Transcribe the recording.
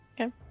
Okay